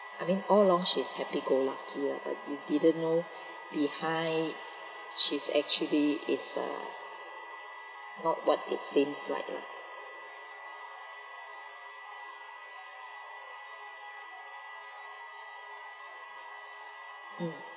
I mean all long she's happy go lucky [one] but we didn't know behind she's actually is uh not what she seems like mm